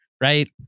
right